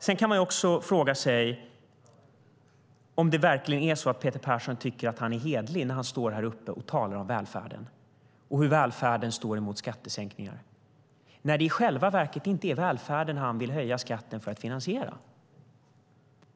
Man kan fråga sig om Peter Persson verkligen tycker att han är hederlig när han står här och talar om välfärden och hur välfärden ställs mot skattesänkningar. I själva verket är det inte för att finansiera välfärden som han vill höja skatten.